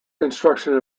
construction